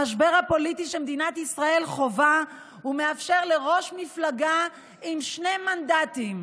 המשבר הפוליטי שמדינת ישראל חווה ומאפשר לראש מפלגה עם שני מנדטים,